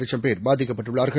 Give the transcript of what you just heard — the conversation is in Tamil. லட்சம்பேர்பாதிக்கப்பட்டுஉள்ளார்கள்